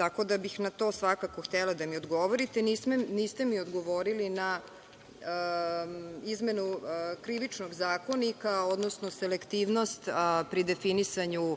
tako da bih na to svakako htela da mi odgovorite. Niste mi odgovorili na izmenu Krivičnog zakonika, odnosno selektivnost pri definisanju